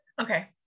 okay